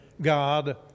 God